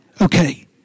Okay